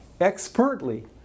expertly